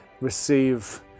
receive